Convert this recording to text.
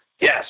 yes